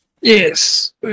Yes